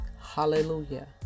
Hallelujah